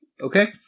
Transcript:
Okay